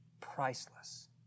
priceless